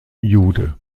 jude